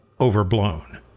overblown